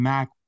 Mac